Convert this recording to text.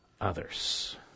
others